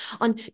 on